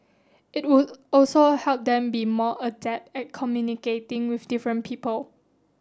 it would also help them be more adept at communicating with different people